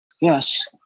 Yes